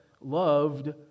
loved